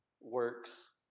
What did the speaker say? works